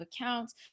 accounts